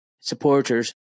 supporters